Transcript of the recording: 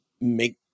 make